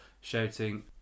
shouting